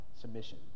submission